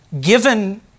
given